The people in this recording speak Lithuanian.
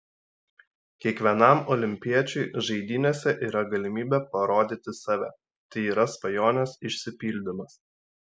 kiekvienam olimpiečiui žaidynėse yra galimybė parodyti save tai yra svajonės išsipildymas